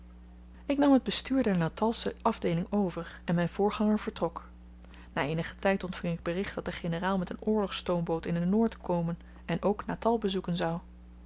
ik nam het bestuur der natalsche afdeeling over en myn voorganger vertrok na eenigen tyd ontving ik bericht dat de generaal met een oorlogsstoomboot in de noord komen en ook natal bezoeken zou